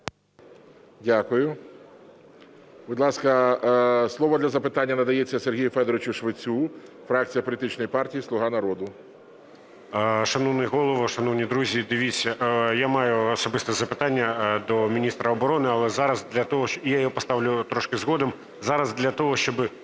Дякую. Будь ласка, слово для запитання надається Сергію Федоровичу Швецю, фракція політичної партії "Слуга народу". 11:16:59 ШВЕЦЬ С.Ф. Шановний Голово, шановні друзі, дивіться, я маю особисте запитання до міністра оборони, але зараз для того… я його поставлю трошки згодом. Зараз для того, щоби